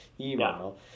email